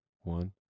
one